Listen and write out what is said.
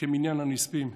כמניין הנספים.